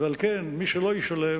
ועל כן מי שלא ישלם